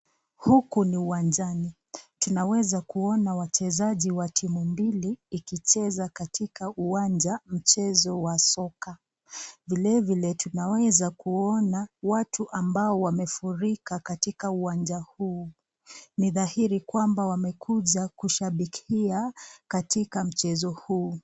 Huku ni uwanjani tunaweza kuona wachezaji wa timu mbili ikicheza katika uwanja mchezo wa soka. Vile vile tunaweza kuona watu ambao wamefurika katika uwanja huu. Ni dhahiri kwamba wamekuja kushabikia katika mchezo huu.